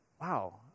wow